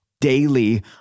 daily